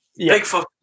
Bigfoot